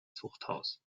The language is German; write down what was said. zuchthaus